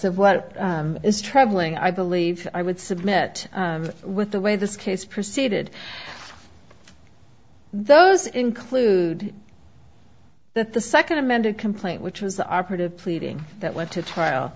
of what is troubling i believe i would submit with the way this case proceeded those include that the second amended complaint which was the operative pleading that went to trial